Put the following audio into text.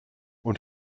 und